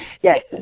Yes